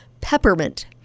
Peppermint